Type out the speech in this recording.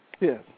Yes